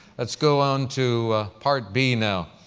let's go on to part b now.